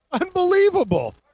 Unbelievable